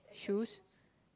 shoes